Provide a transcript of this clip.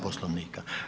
Poslovnika.